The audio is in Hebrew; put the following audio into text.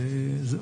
וזהו.